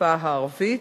בשפה הערבית,